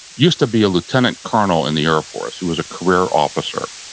used to be a lieutenant colonel in the air force. he was a career officer.